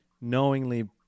knowingly